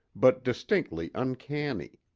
but distinctly uncanny.